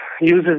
uses